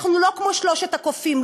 אנחנו לא כמו שלושת הקופים,